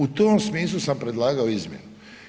U tom smislu sam predlagao izmjene.